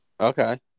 okay